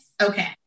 okay